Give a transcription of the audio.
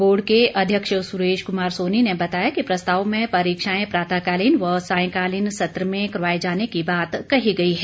board के अध्यक्ष सुरेश कमार सोनी ने बताया कि प्रस्ताव में परीक्षाएं प्रातःकालीन व सांयकालीन सत्र में करवाए जाने की बात कही गई है